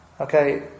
Okay